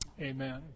Amen